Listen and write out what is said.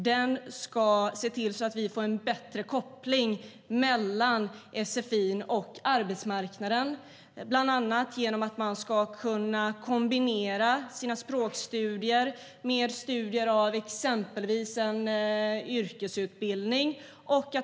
Den ska se till att vi får en bättre koppling mellan sfi:n och arbetsmarknaden, bland annat genom att man ska kunna kombinera sina språkstudier med exempelvis en yrkesutbildning.